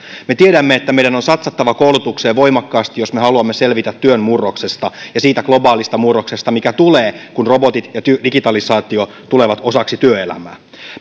me tiedämme että meidän on satsattava koulutukseen voimakkaasti jos me haluamme selvitä työn murroksesta ja siitä globaalista murroksesta mikä tulee kun robotit ja digitalisaatio tulevat osaksi työelämää